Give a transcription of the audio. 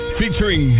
featuring